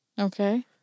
Okay